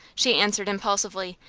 she answered, impulsively,